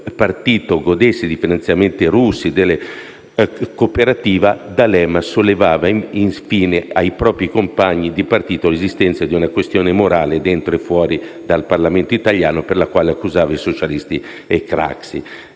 il proprio partito godesse dei finanziamenti russi e delle cooperative, D'Alema sollevava insieme ai propri compagni di partito l'esistenza di una questione morale dentro e fuori dal Parlamento italiano, per la quale accusava Craxi e i